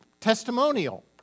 Testimonial